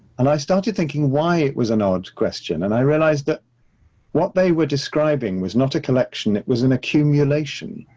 and i started thinking why it was an odd question. and i realized that what they were describing was not a collection, it was an accumulation.